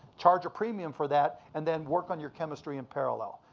charge a premium for that, and then work on your chemistry in parallel.